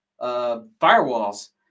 firewalls